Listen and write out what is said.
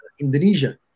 Indonesia